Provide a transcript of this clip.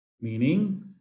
Meaning